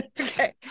Okay